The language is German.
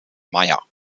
mayer